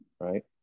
right